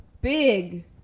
big